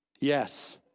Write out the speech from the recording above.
Yes